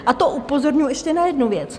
A to upozorňuji ještě na jednu věc.